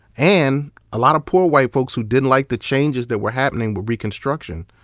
and a lot of poor white folks who didn't like the changes that were happening with reconstruction,